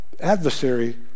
adversary